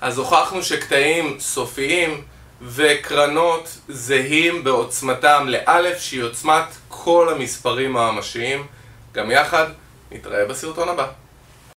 אז הוכחנו שקטעים סופיים וקרנות זהים בעוצמתם לא' שהיא עוצמת כל המספרים האמשיים גם יחד, נתראה בסרטון הבא